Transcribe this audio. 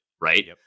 right